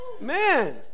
Man